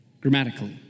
grammatically